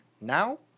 now